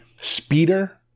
speeder